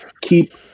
keep